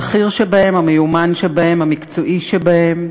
הבכיר שבהם, המיומן שבהם, המקצועי שבהם,